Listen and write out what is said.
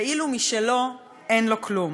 ואילו משלו אין לו כלום"